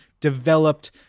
developed